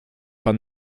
pan